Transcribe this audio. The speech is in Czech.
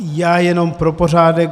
Já jenom pro pořádek.